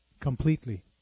completely